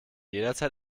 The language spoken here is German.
jederzeit